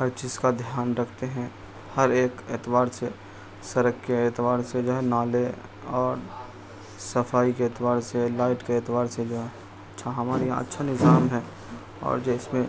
ہر چیز کا دھیان رکھتے ہیں ہر ایک اعتبار سے سڑک کے اعتبار سے جو ہے نالے اور صفائی کے اعتبار سے لائٹ کے اعتبار سے جو ہے اچھا ہمارے یہاں اچھا نظام ہے اور جو اس میں